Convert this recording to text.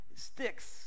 sticks